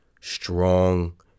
strong